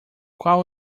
qual